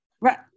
Right